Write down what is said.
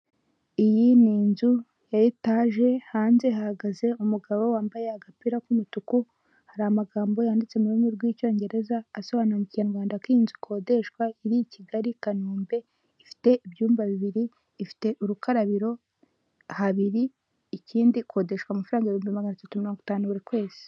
Iyi ni inzu ya etaje hanze hahagaze umugabo wambaye agapira k'umutuku, hari amagambo yanditse mu rurimi rw'icyongereza asobanura mu kinyarwanda ko iyi inzu ikodeshwa iri Kigali kanombe ifite ibyumba bibiri, ifite urukarabiro habiri ikindi ikodeshwa amafaranga ibihumbi magana atatu mirongo itanu buri kwezi.